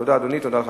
תודה, אדוני.